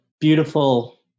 beautiful